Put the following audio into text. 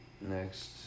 next